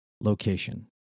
location